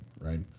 right